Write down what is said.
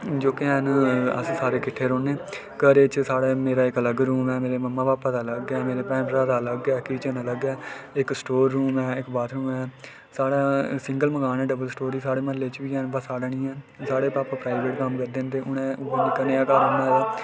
जेह्के हैन अस सारे किट्ठे रौह्न्ने घरै च साढ़े मेरा इक अलग रुम ऐ मेरे मम्मी भापा दा अलग ऐ मेरे भैन भ्राऽ दा अलग ऐ किचन अलग ऐ इक स्टोर रुम ऐ इक बाथरुम ऐ साढ़ा सिंगल मकान ऐ डबलसटोरी साढ़े म्हल्लै च बी हैन पर साढ़ा नेईं ऐ साढ़े भापा प्राईवेट कम्म करदे न ते उ'नें एह् निक्का जेहा घर बनाए दा